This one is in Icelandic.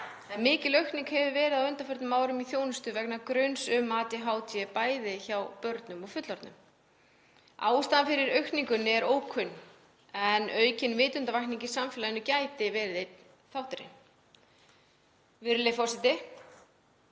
Mikil aukning hefur verið á undanförnum árum í þjónustu vegna gruns um ADHD, bæði hjá börnum og fullorðnum. Ástæðan fyrir aukningunni er ókunn en aukin vitundarvakning í samfélaginu gæti verið einn þátturinn. Virðulegi forseti.